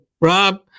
Rob